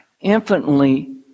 infinitely